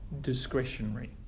discretionary